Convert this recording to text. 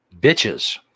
Bitches